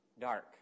Dark